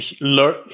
Learn